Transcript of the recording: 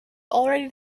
already